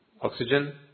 oxygen